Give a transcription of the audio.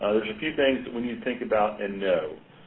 there's a few things we need to think about and know.